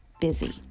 busy